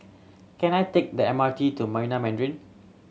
can I take the M R T to Marina Mandarin